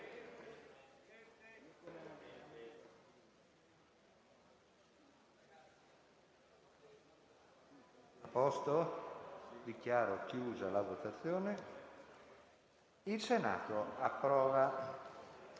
**Il Senato approva.**